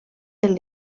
del